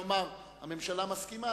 לומר: הממשלה מסכימה,